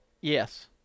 Yes